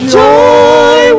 joy